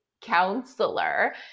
counselor